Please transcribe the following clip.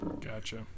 Gotcha